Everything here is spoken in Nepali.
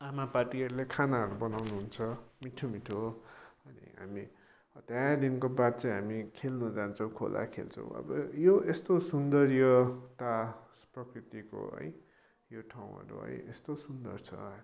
आमा पार्टीहरूले खानाहरू बनाउनु हुन्छ मिठो मिठो अनि हामी त्यहाँदेखिको बाद चाहिँ हामी खेल्नु जान्छौँ खोला खेल्छौँ अब यो यस्तो सौन्दर्यता प्रकृतिको है यो ठाउँहरू है यस्तो सुन्दर छ